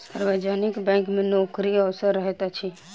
सार्वजनिक बैंक मे नोकरीक अवसर रहैत अछि